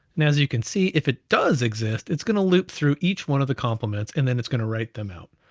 and as you can see if it does exist, it's gonna loop through each one of the compliments, and then it's gonna write them out.